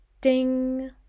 Ding